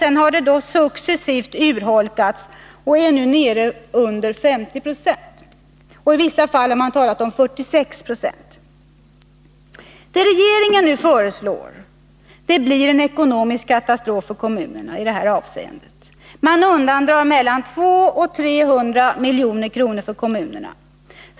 Sedan har det successivt urholkats och är nu nere under 50 96. I vissa fall har man talat om 46 26. Vad regeringen nu föreslår blir en ekonomisk katastrof för kommunerna i detta avseende. Regeringen undandrar mellan 200 och 300 milj.kr. för kommunerna.